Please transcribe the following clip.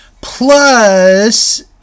plus